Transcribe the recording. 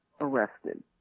arrested